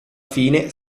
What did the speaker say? fine